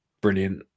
brilliant